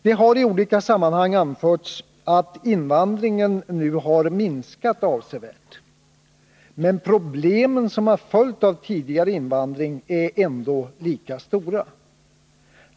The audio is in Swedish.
Det har i olika sammanhang anförts att invandringen nu har minskat avsevärt. Men de problem som har följt av tidigare invandring är ändå lika stora.